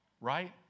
right